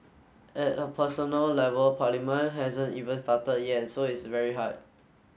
at a personal level parliament hasn't even started yet so it's very hard